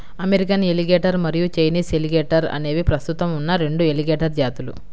American alligator మరియు Chinese alligator అనేవి ప్రస్తుతం ఉన్న రెండు ఎలిగేటర్ జాతులు